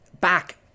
Back